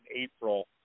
April